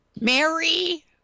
Mary